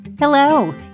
Hello